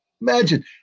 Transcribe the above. imagine